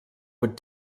would